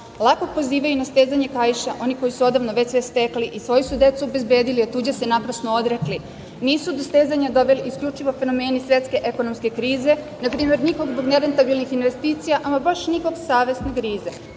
Lako pozivaju na stezanje kaiša oni koji su odavno već sve stekli i svoju su decu obezbedili, a tuđe se naprasno odrekli. Nisu do stezanja doveli isključivo fenomeni svetske ekonomske krize, na primer nikog zbog nerentabilnih investicija, ama baš nikog savest ne grize.